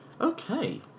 Okay